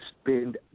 spend